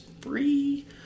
free